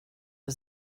der